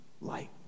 light